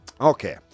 Okay